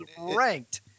ranked